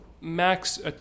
max